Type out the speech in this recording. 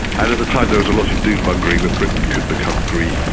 at at the time there was a lot of doom mongering that britain could become greece,